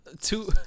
two